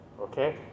Okay